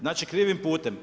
Znači krivim putem.